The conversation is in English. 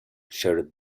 shouted